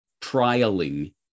trialing